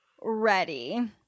ready